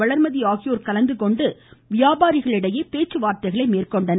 வளர்மதி ஆகியோர் கலந்து கொண்டு வியாபாரிகளிடையே பேச்சுவார்த்தை மேற்கொண்டனர்